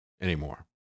anymore